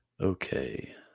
okay